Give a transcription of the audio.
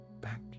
back